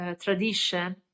tradition